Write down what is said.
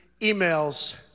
emails